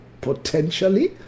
potentially